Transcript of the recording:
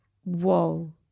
Whoa